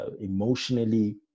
emotionally